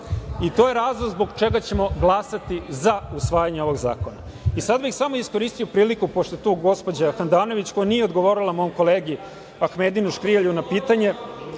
To je razlog zbog čega ćemo glasati za usvajanje ovog zakona. Sada bih samo iskoristio priliku, pošto je tu gospođa Handanović, a koja nije odgovorila mom kolegi Ahmedinu Škrijelju na pitanje